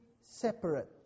separate